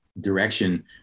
direction